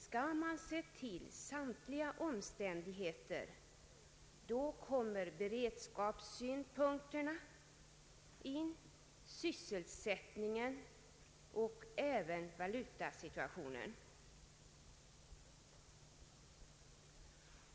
Skall man se till samtliga omständigheter, kommer beredskapssynpunkterna och sysselsättningen in ävensom valutasituationen.